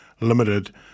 limited